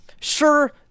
Sure